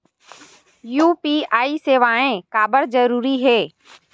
UPI सेवाएं काबर जरूरी हे?